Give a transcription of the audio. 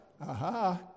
Aha